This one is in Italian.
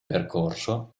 percorso